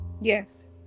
Yes